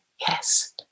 Yes